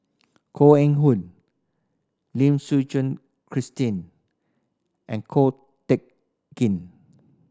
Koh Eng Hoon Lim Suchen Christine and Ko Teck Kin